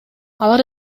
алар